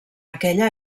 aquella